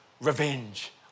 revenge